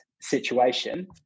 situation